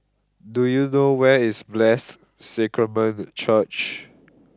do you know where is Blessed Sacrament Church